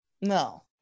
No